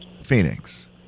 Phoenix